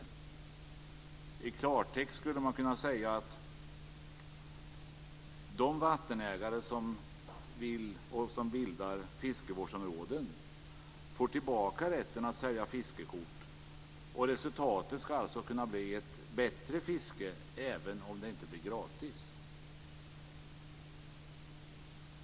I klartext skulle man kunna säga att de vattenägare som vill och som bildar fiskevårdsområden får tillbaka rätten att sälja fiskekort. Resultatet ska alltså kunna bli ett bättre fiske, även om det inte blir gratis.